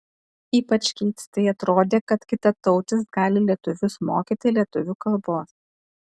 ypač keistai atrodė kad kitatautis gali lietuvius mokyti lietuvių kalbos